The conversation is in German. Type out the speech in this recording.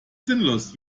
sinnlos